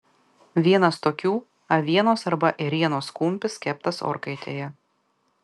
vienas tokių avienos arba ėrienos kumpis keptas orkaitėje